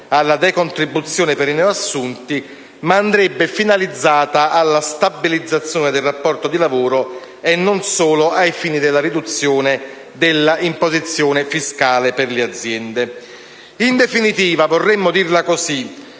alla decontribuzione per i neoassunti, ma andrebbe finalizzata alla stabilizzazione del rapporto di lavoro e non solo ai fini della riduzione della imposizione fiscale per le aziende. In definitiva, vorremmo dirla così.